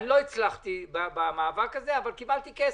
אני לא הצלחתי במאבק הזה, אבל קיבלתי כסף.